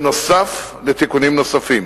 נוסף על תיקונים אחרים.